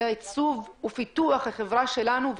בעיצוב ופיתוח החברה שלנו.